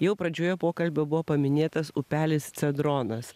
jau pradžioje pokalbio buvo paminėtas upelis cedronas